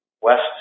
west